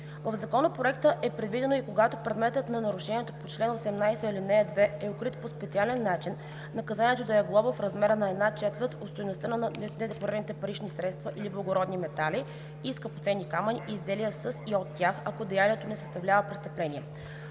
В Законопроекта е предвидено и когато предметът на нарушение по чл. 18, ал. 2 е укрит по специален начин наказанието да е глоба в размер на една четвърт от стойността на недекларираните парични средства или благородни метали и скъпоценни камъни и изделия със и от тях, ако деянието не съставлява престъпление.